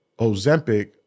Ozempic